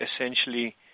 essentially